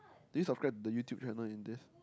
did you subscribe the YouTube channel in this